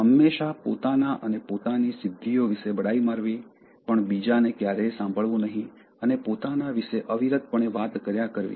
હંમેશાં પોતાના અને પોતાની સિદ્ધિઓ વિશે બડાઈ મારવી પણ બીજાને ક્યારેય સાંભળવું નહીં અને પોતાના વિશે અવિરતપણે વાત કર્યા કરવી